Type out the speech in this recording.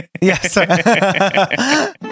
Yes